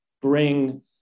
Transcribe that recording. bring